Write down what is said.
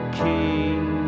king